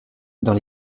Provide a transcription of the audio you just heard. dans